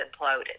imploded